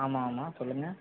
ஆமாம் ஆமாம் சொல்லுங்கள்